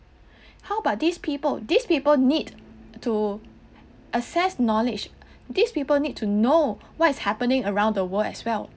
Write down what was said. how about these people these people need to access knowledge these people need to know what's happening around the world as well